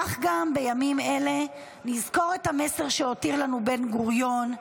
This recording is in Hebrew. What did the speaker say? כך גם בימים אלה נזכור את המסר שהותיר לנו בן-גוריון.